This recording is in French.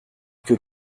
que